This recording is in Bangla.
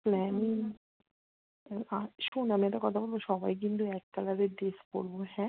প্ল্যানিং আর শোন আমি একটা কথা বলবো সবাই কিন্তু এক কালারের ড্রেস পরবো হ্যাঁ